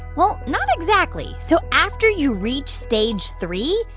well, not exactly. so after you reach stage three,